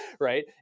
right